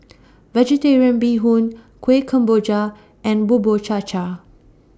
Vegetarian Bee Hoon Kueh Kemboja and Bubur Cha Cha